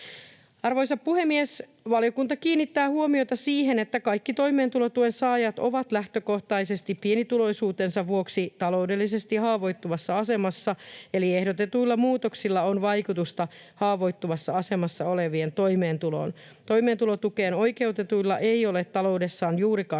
Arvoisa puhemies! Valiokunta kiinnittää huomiota siihen, että kaikki toimeentulotuen saajat ovat lähtökohtaisesti pienituloisuutensa vuoksi taloudellisesti haavoittuvassa asemassa, eli ehdotetuilla muutoksilla on vaikutusta haavoittuvassa asemassa olevien toimeentuloon. Toimeentulotukeen oikeutetuilla ei ole taloudessaan juurikaan